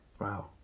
Wow